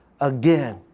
again